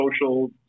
social